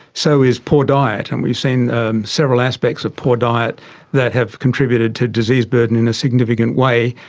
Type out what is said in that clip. so is poor diet. and we've seen several aspects of poor diet that have contributed to disease burden in a significant way.